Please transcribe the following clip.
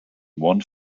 one